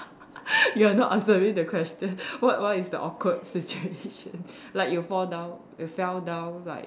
you're not answering the question what what is the awkward situation like you fall down you fell down like